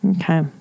Okay